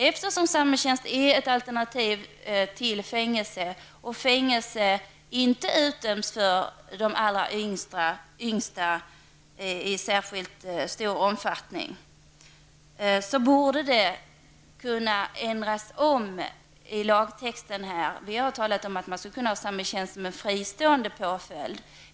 Eftersom samhällstjänst är ett alternativ till fängelse och fängelsestraff inte kan utdömas för de allra yngsta i särskilt stor omfattning, borde man kunna ändra i lagtexten. Vi talar nu om att vi skulle kunna ha samhällstjänst som en fristående påföljd.